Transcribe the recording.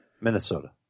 Minnesota